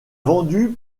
vendu